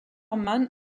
man